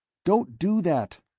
don't do that,